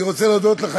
אני רוצה להודות לך,